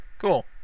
cool